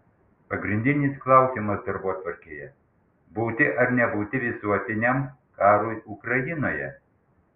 pagrindinis klausimas darbotvarkėje būti ar nebūti visuotiniam karui ukrainoje